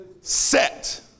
set